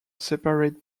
separate